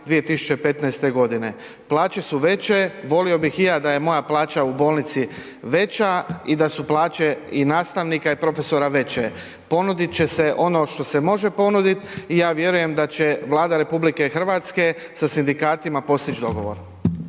2015. g. Plaće su veće, volio bih i ja da je moja plaća u bolnici veća i da su plaće i nastavnika i profesora veće. Ponudit će se ono što se može ponuditi i ja vjerujem da će Vlada RH sa sindikatima postići dogovor.